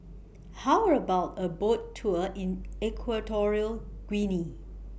How about A Boat Tour in Equatorial Guinea